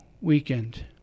weekend